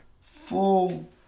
full